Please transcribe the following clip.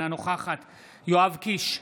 אינה נוכחת יואב קיש,